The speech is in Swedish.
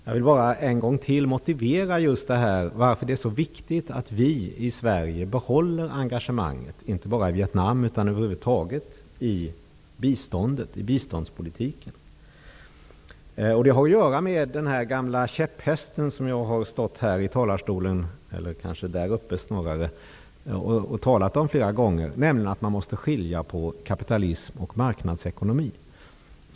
Jag vill bara en gång till motivera varför det är så viktigt att vi i Sverige behåller engagemanget, inte bara i Vietnam utan över huvud taget när det gäller biståndspolitiken. Det har att göra med den gamla käpphäst som jag har talat om flera gånger i talarstolen, nämligen att man måste skilja mellan kapitalism och marknadsekonomi.